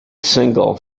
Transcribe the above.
single